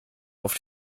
auf